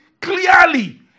Clearly